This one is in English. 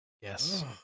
Yes